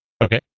okay